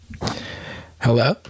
Hello